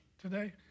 today